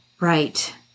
Right